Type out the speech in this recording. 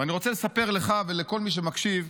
ואני רוצה לספר לך ולכל מי שמקשיב.